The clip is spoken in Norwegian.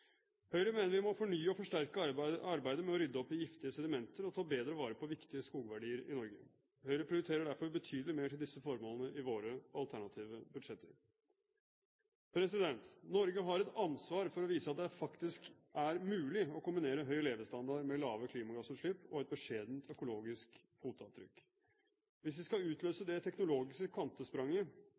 Høyre mener vi må fornye og forsterke arbeidet med å rydde opp i giftige sedimenter og ta bedre vare på viktige skogverdier i Norge. Høyre prioriterer derfor betydelig mer til disse formålene i våre alternative budsjetter. Norge har et ansvar for å vise at det faktisk er mulig å kombinere høy levestandard med lave klimagassutslipp og et beskjedent økologisk fotavtrykk. Hvis vi skal utløse det teknologiske